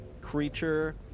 creature